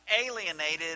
alienated